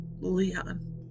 Leon